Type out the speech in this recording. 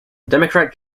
democrat